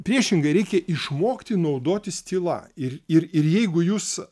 priešingai reikia išmokti naudotis tyla ir ir ir jeigu jūs